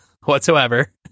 whatsoever